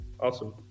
Awesome